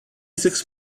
six